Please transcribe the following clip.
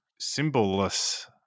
symbolless